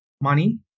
money